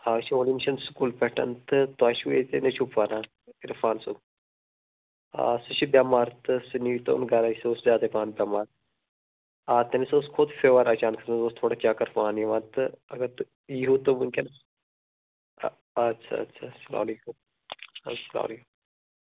آ أسۍ چھِ آڈیشن سکوٗل پٮ۪ٹھ تہٕ تۄہہِ چھُو ییٚتہِ نیٚچوٗ پَران عرفان صٲب آ سُہ چھُ بٮ۪مار تہٕ سُہ نِیٖتون گَرے سُہ اوس زیادَے پَہَن بٮ۪مار آ تٔمِس حظ کھوٚت فِوَر اَچانکَس منٛز اوس تھوڑا چَکر پَہم یِوان تہٕ اگر تُہۍ ییٖہو تہٕ وُنکٮ۪س آ اَدٕ اَدٕ اسلام علیکُم اسلام علیکُم